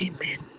Amen